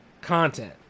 content